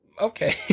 okay